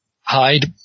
hide